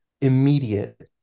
immediate